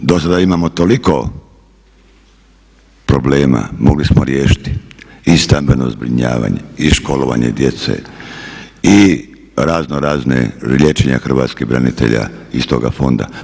Dosada imamo toliko problema, mogli smo riješiti i stambeno zbrinjavanje i školovanje djece i raznorazna liječenja hrvatskih branitelja iz toga fonda.